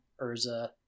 urza